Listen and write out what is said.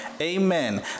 Amen